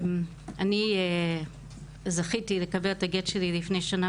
אני זכיתי לקבל את הגט שלי לפני שנה